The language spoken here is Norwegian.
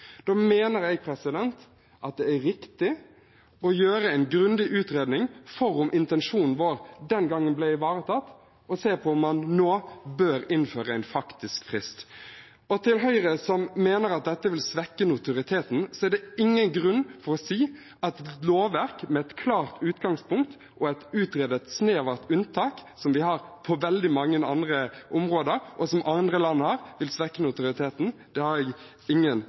mener jeg at det er riktig å gjøre en grundig utredning av om intensjonen vår den gangen ble ivaretatt, og se på om man nå bør innføre en faktisk frist. Og til Høyre, som mener at dette vil svekke notoriteten: Det er ingen grunn til å si at lovverk med et klart utgangspunkt og et utredet, snevert unntak, som vi har på veldig mange andre områder, og som andre land har, vil svekke notoriteten. Det har jeg ingen